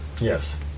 Yes